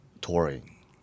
touring